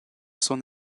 son